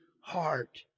heart